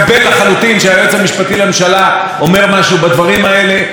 אבל קשה להגיד שהשתכנעתי מהנימוקים שהיו בה,